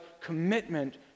commitment